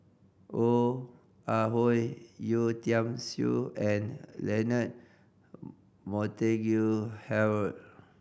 Ong Ah Hoi Yeo Tiam Siew and Leonard Montague Harrod